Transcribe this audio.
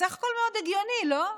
סך הכול מאוד הגיוני, לא?